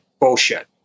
bullshit